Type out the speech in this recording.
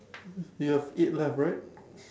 you have eight left right